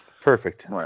Perfect